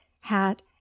hat